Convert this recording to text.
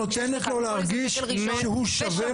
אני רוצה לדעת למה אתם קוראים לה פוליסה רעה והם קוראים לה טובה.